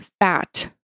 fat